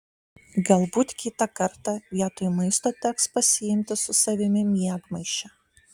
galbūt kitą kartą vietoj maisto teks pasiimti su savimi miegmaišį